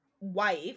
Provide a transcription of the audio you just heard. wife